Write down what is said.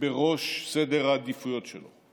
בראש סדר העדיפויות שלו.